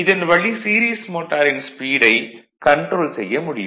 இதன் வழி சீரிஸ் மோட்டாரின் ஸ்பீடை கன்ட்ரோல் செய்ய முடியும்